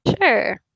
Sure